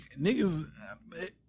niggas